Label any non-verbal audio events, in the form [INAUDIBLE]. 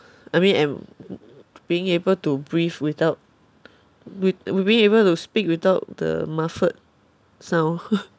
I mean and being able to breathe without we will we able to speak without the muffled sound [NOISE]